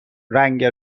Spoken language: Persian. رنگ